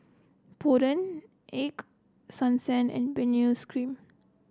Polident Ego Sunsense and Benzac Cream